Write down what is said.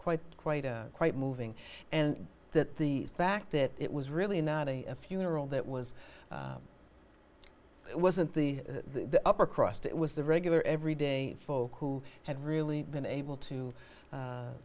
quite quite quite moving and that the fact that it was really not a funeral that was it wasn't the upper crust it was the regular everyday folk who had really been able to